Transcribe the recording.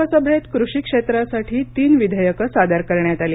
लोकसभेत कृषी क्षेत्रासाठी तीन विधेयकं सादर करण्यात आली